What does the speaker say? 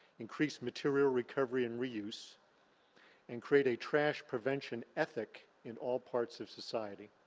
increase material recovery and reuse and create a trash prevention ethic in all parts of society.